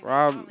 Rob